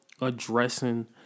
addressing